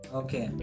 okay